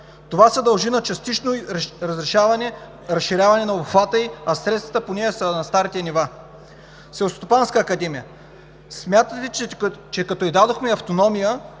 Това се дължи на частично разширяване на обхвата ѝ, а средствата за нея са на старите нива. Селскостопанската академия. Смятате, че като ѝ дадохме автономия,